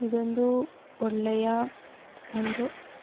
ಇದೊಂದು ಒಳ್ಳೆಯ ಒಂದು